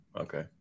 Okay